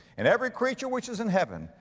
and every creature which is and heaven,